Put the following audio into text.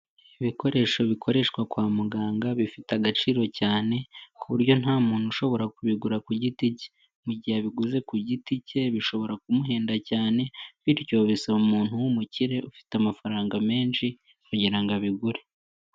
Ibikoresho bikoreshwa kwa muganga, bifite agaciro cyane, ku buryo nta muntu ushobora kubigura ku giti cye, mu mugihe abiguze ku giti cye bishobora kumuhenda cyane, bityo bisaba umuntu w'umukire ufite amafaranga menshi kugira ngo abigure.